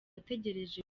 ategereje